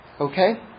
Okay